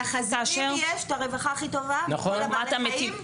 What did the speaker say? לחזירים יש את הרווחה הכי טובה מכל בעלי החיים?